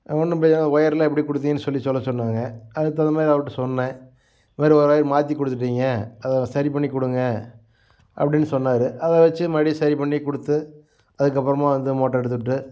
ஒன்றும் ஒயரெலாம் எப்படி கொடுத்திங்கன்னு சொல்லி சொல்ல சொன்னாங்க அதுக்கு தகுந்த மாதிரி அவர்ட்ட சொன்னேன் வேறு ஒரு ஒயர் மாற்றி கொடுத்துட்டிங்க அத சரி பண்ணி கொடுங்க அப்படின்னு சொன்னாரு அதை வச்சி மறுபடியும் சரி பண்ணி கொடுத்து அதுக்கப்புறமா வந்து மோட்டர் எடுத்துக்கிட்டு